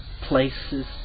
places